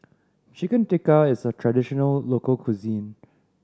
Chicken Tikka is a traditional local cuisine